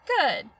Good